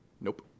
Nope